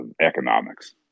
economics